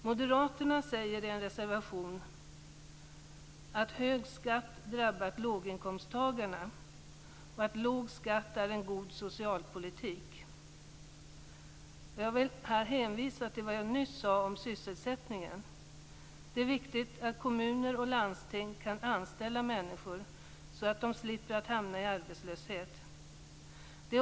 Moderaterna säger i en reservation att hög skatt drabbat låginkomsttagarna och att låg skatt är en god socialpolitik. Jag vill då hänvisa till vad jag nyss sade om sysselsättningen. Det är viktigt att kommuner och landsting kan anställa människor så att de slipper att hamna i arbetslöshet.